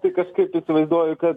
tai kažkaip įsivaizduoju kad